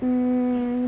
mmhmm